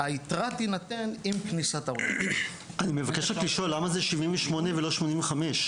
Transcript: היתרה תינתן עם כניסת --- אני מבקש לשאול למה זה 78 ולא 85?